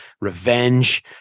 revenge